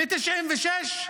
מ-1996,